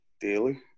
daily